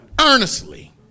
Earnestly